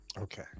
Okay